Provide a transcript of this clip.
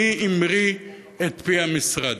מי המרה את פי המשרד.